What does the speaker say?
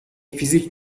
فیزیک